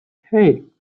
hey